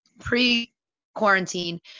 pre-quarantine